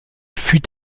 fut